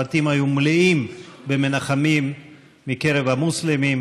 הבתים היו מלאים במנחמים מקרב המוסלמים,